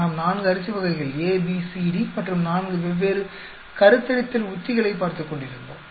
நாம் 4 அரிசி வகைகள் A B C D மற்றும் 4 வெவ்வேறு கருத்தரித்தல் உத்திகளைப் பார்த்துக்கொண்டிருந்தோம்